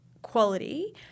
quality